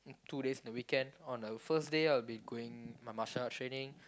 two days in the weekend on the first day I'll be going my martial art training